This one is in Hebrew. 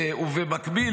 ובמקביל,